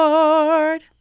Lord